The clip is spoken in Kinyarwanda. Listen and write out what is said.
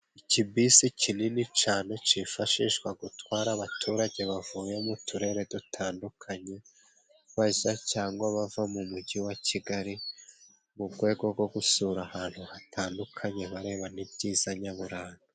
Ikibisi kinini cane cifashishwa gutwara abaturage bavuye mu turere dutandukanye bajya cyangwa bava mu mujyi wa Kigali, mu rwego rwo gusura ahantu hatandukanye bareba n' ibyiza nyaburanga.